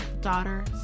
daughter